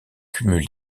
cumul